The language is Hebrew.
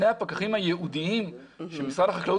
שני הפקחים הייעודיים שמשרד החקלאות